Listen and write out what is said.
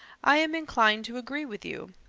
i am inclined to agree with you.